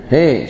Hey